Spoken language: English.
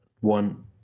one